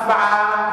הצבעה.